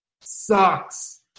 Sucks